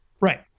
right